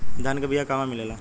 धान के बिया कहवा मिलेला?